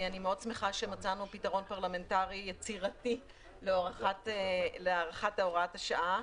אני שמחה מאוד שמצאנו פתרון פרלמנטרי יצירתי להארכת הוראת השעה.